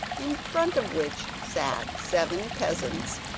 in front of which sat seven peasants,